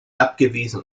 abgewiesen